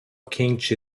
quente